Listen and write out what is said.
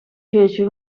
fece